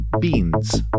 Beans